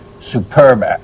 superb